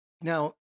Now